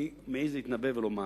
אני מעז להתנבא ולומר